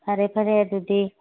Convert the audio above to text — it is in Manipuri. ꯐꯔꯦ ꯐꯔꯦ ꯑꯗꯨꯗꯤ